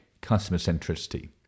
customer-centricity